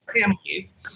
families